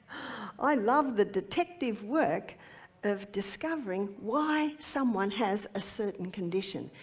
i love the detective work of discovering why someone has a certain condition.